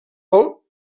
pel